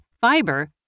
fiber